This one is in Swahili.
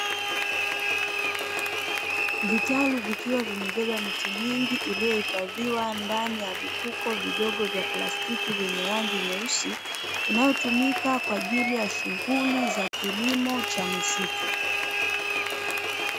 Vitalu vikiwa vimebeba miti mingi iliyohifadhiwa ndani ya vifuko vidogo vya plastiki vyenye rangi nyeusi, inayotumika kwa ajili ya shughuli za kilimo cha misitu.